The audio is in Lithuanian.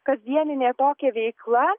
kasdieninė tokia veikla